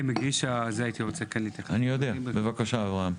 בצלאל, בבקשה.